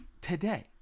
today